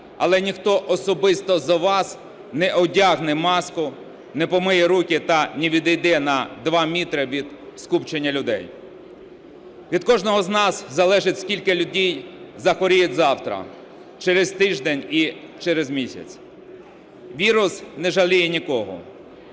але ніхто особисто за вас не одягне маску, не помиє руки та не відійде на два метра від скупчення людей. Від кожного з нас залежить, скільки людей захворіють завтра, через тиждень і через місяць, вірус не жаліє нікого.